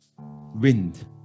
wind